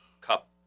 cup